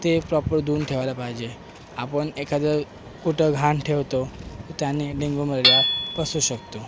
ते प्रॉपर धुवून ठेवायला पाहिजे आपण एखादं कुठं घाण ठेवतो त्याने डेंगू मलेरिया पसरू शकतो